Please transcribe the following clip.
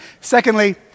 Secondly